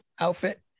outfit